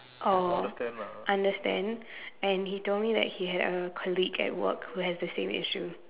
or understand and he told me that he had a colleague at work who has the same issue